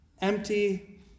Empty